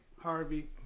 Harvey